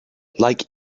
like